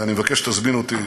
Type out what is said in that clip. אני מבקש שתזמינו אותי,